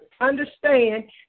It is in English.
understand